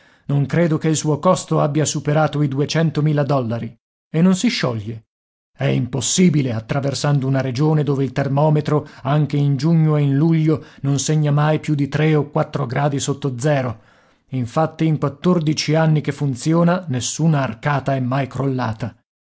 non credo che il suo costo abbia superato i duecentomila dollari e non si scioglie è impossibile attraversando una regione dove il termometro anche in giugno e in luglio non segna mai più di tre o quattro gradi sotto zero infatti in quattordici anni che funziona nessuna arcata è mai crollata